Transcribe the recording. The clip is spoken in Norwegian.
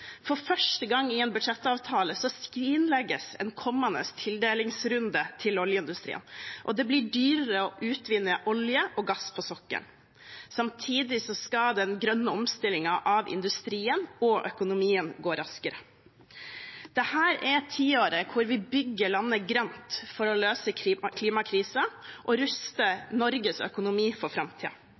For første gang i en budsjettavtale skrinlegges en kommende tildelingsrunde til oljeindustrien, og det blir dyrere å utvinne olje og gass på sokkelen. Samtidig skal den grønne omstillingen av industrien og økonomien gå raskere. Dette er tiåret hvor vi bygger landet grønt for å løse klimakrisen og ruste Norges økonomi for